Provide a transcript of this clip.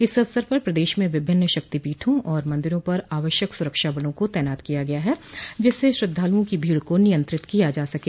इस अवसर पर प्रदेश में विभिन्न शक्तिपीठों और मंदिरों पर आवश्यक सुरक्षा बलों को तैनात किया गया है जिससे श्रद्धालुओं की भीड़ को नियंत्रित किया जा सके